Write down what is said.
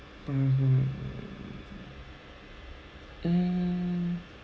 mmhmm mm mm